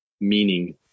meaning